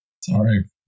Sorry